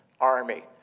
army